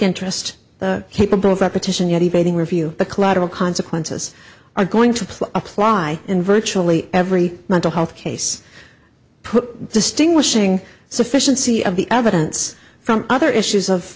interest capable of repetition yet evading review the collateral consequences are going to play apply in virtually every mental health case put distinguishing sufficiency of the evidence from other issues of